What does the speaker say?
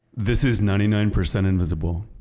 this is ninety nine percent invisible.